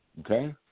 okay